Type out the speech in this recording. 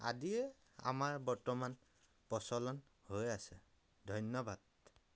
আদিয়েই আমাৰ বৰ্তমান প্ৰচলন হৈ আছে ধন্য়বাদ